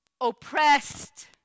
oppressed